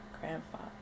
grandfather